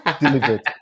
Delivered